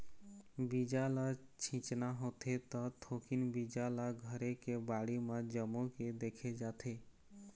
बीजा ल छिचना होथे त थोकिन बीजा ल घरे के बाड़ी म जमो के देखे जाथे